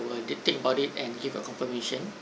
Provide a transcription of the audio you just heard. will then think about it and give a confirmation